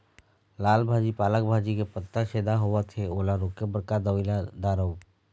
लाल भाजी पालक भाजी के पत्ता छेदा होवथे ओला रोके बर का दवई ला दारोब?